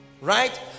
Right